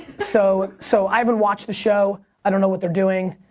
so so i haven't watched the show, i don't know what they're doing.